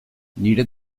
nire